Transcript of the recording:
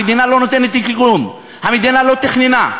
המדינה לא נותנת לי כלום, המדינה לא תכננה.